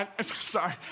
Sorry